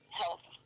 health